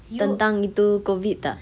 tentang itu COVID tak